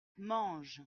mange